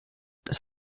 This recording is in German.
das